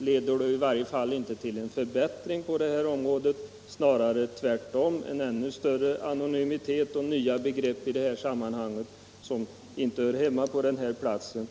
leder i varje fall inte i riktning mot en förbättring på detta område, snarare tvärtom — en ännu större anonymitet och nya begrepp som inte hör hemma på platsen.